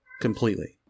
completely